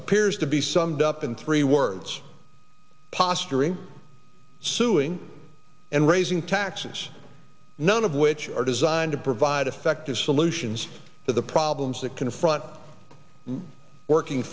appears to be summed up in three words posturing suing and raising taxes none of which are designed to provide effective solutions to the problems that confront working